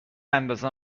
اندازه